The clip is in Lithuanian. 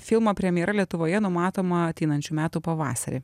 filmo premjera lietuvoje numatoma ateinančių metų pavasarį